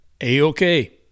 A-OK